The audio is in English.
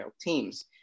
teams